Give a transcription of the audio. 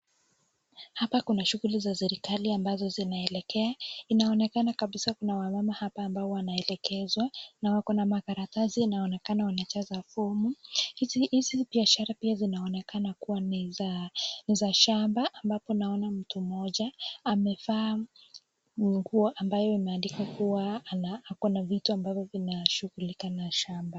Hapa kuna shughuli za serikali ambazo zinaendelea, inaonekana kabisaa kuna wamama hapa ambao wanaelekezwa na wako na karatasi inaonekana wanajaza fomu. Hizi biashara zinaonekana kua ni za shamba ambapo naona mtu mmoja maevaa nguo ambayo imeandikwa kuwa ako na vitu ambavyo vinashughulika na mambo ya shamba.